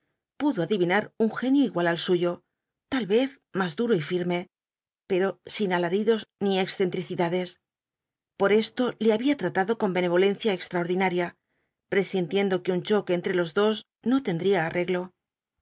pudo adivinar un genio igual al suyo tal vez más duro y firme pero sin alaridos ni excentricidades por esto le había tratado con benevolencia extraordinaria presintiendo que un choque entre los dos no tendría arreglo